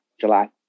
July